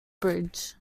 bridge